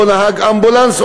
או נהג אמבולנס,